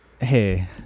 Hey